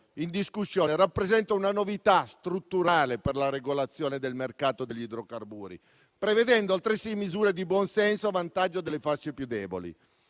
in discussione rappresenta una novità strutturale per la regolazione del mercato degli idrocarburi, prevedendo altresì misure di buonsenso a vantaggio delle fasce più deboli.